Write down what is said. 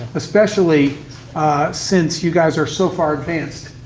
especially since you guys are so far advanced,